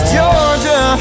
Georgia